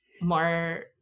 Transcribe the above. more